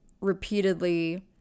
repeatedly